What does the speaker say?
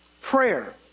Prayer